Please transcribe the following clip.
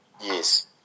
Yes